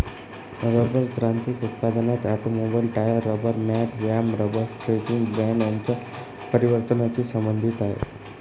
rubber तांत्रिक उत्पादनात automobile, tyre, rubber mat, व्यायाम रबर स्ट्रेचिंग बँड यांच्या परिवर्तनाची संबंधित आहे